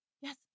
Yes